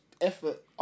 Effort